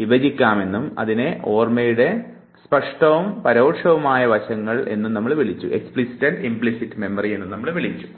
വിഭജിക്കാമെന്നും അതിനെ ഓർമ്മയുടെ സ്പഷ്ടവും പരോക്ഷവുമായ വശങ്ങൾ എന്നും വിളിക്കുന്നു